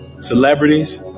Celebrities